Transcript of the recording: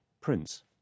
Prince